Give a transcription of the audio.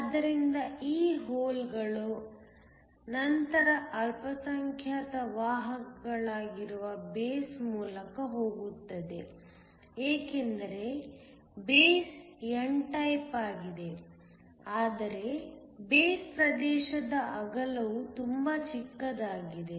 ಆದ್ದರಿಂದ ಈ ಹೋಲ್ಗಳು ನಂತರ ಅಲ್ಪಸಂಖ್ಯಾತ ವಾಹಕಗಳಾಗಿರುವ ಬೇಸ್ ಮೂಲಕ ಹೋಗುತ್ತವೆ ಏಕೆಂದರೆ ಬೇಸ್ n ಟೈಪ್ ಆಗಿದೆ ಆದರೆ ಬೇಸ್ ಪ್ರದೇಶದ ಅಗಲವು ತುಂಬಾ ಚಿಕ್ಕದಾಗಿದೆ